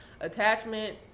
Attachment